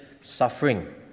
suffering